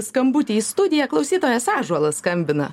skambutį į studiją klausytojas ąžuolas skambina